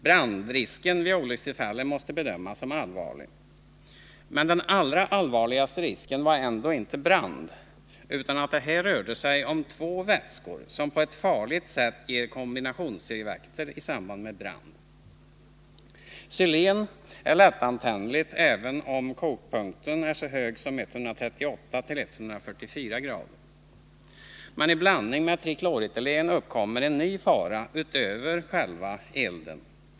Brandrisken vid olyckstillfället måste bedömas som allvarlig. Men den allra allvarligaste risken var ändå inte brand utan att det här rörde sig om två vätskor som på ett farligt sätt ger kombinationseffekter vid brand. Xylen är lättantändligt även om dess kokpunkt är så hög som 138-1442C. Men i blandning med trikloretylen uppkommer en ny fara utöver själva elden.